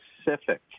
specific